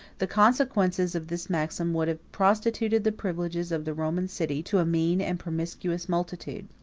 the consequences of this maxim would have prostituted the privileges of the roman city to a mean and promiscuous multitude.